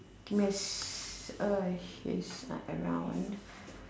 games uh she is not around